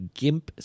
gimp